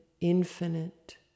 infinite